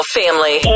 family